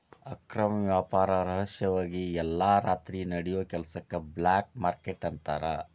ಅಕ್ರಮ ವ್ಯಾಪಾರ ರಹಸ್ಯವಾಗಿ ಎಲ್ಲಾ ರಾತ್ರಿ ನಡಿಯೋ ಕೆಲಸಕ್ಕ ಬ್ಲ್ಯಾಕ್ ಮಾರ್ಕೇಟ್ ಅಂತಾರ